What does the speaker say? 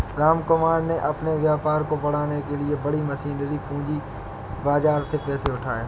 रामकुमार ने अपने व्यापार को बढ़ाने के लिए बड़ी मशीनरी पूंजी बाजार से पैसे उठाए